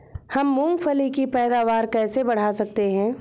हम मूंगफली की पैदावार कैसे बढ़ा सकते हैं?